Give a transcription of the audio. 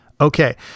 Okay